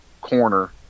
corner